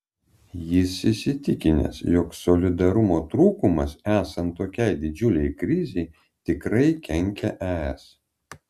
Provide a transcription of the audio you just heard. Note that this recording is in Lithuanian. jis įsitikinęs jog solidarumo trūkumas esant tokiai didžiulei krizei tikrai kenkia es